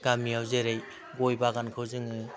गामियाव जेरै गयबागानखौ जोङो